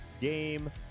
game